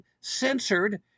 censored